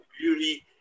beauty